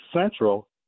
Central